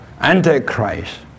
Antichrist